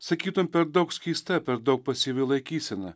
sakytum per daug skysta per daug pasyvi laikysena